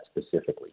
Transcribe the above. specifically